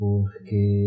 Porque